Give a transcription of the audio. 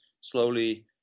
slowly